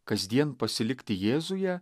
kasdien pasilikti jėzuje